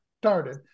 started